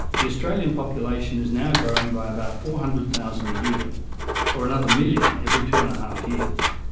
the australian population is now growing by about four hundred thousand a year or another million every two and a half years.